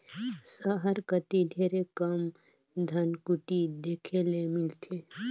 सहर कती ढेरे कम धनकुट्टी देखे ले मिलथे